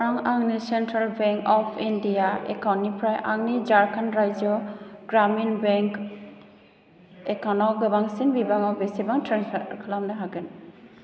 आं आंनि central bank of India एकाउन्टनिफ्राय आंनि झारखन्ड राज्यो ग्रामिन बेंक एकाउन्टआव गोबांसिन बिबाङाव बेसेबां ट्रेन्सफार खालामनो हागोन